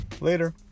later